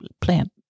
plan